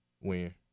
Win